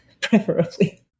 preferably